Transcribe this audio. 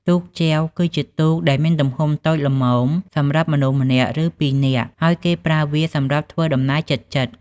ទូកចែវ គឺជាទូកដែលមានទំហំតូចល្មមសម្រាប់មនុស្សម្នាក់ ឬពីរនាក់ ហើយគេប្រើវាសម្រាប់ធ្វើដំណើរជិតៗ។